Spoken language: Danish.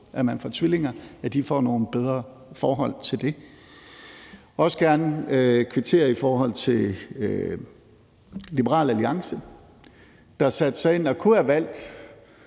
at de får tvillinger, får nogle bedre forhold. Jeg vil også gerne kvittere i forhold til Liberal Alliance, der satte sig ind og kunne have valgt